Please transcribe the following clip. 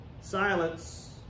Silence